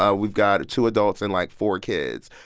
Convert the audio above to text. ah we've got two adults and, like, four kids.